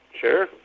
Sure